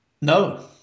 No